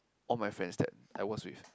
all my friends that I was with